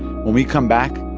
when we come back,